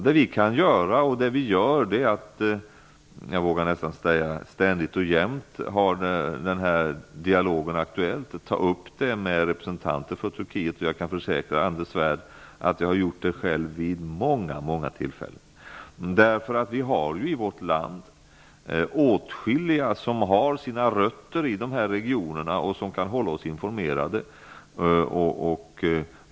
Det vi kan göra och det vi gör är att ständigt och jämt hålla dialogen aktuell och ta upp frågan med representanter för Turkiet. Jag kan försäkra Anders Svärd att jag själv har gjort det vid många tillfällen. Det finns ju i vårt land åtskilliga som har sina rötter i dessa regioner som kan hålla oss informerade.